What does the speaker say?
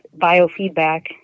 biofeedback